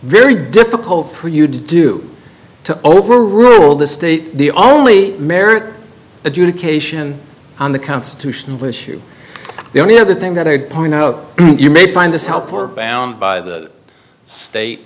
very difficult for you to do to overrule the state the only merit adjudication on the constitutional issue the only other thing that i would point out you may find this help or bound by the state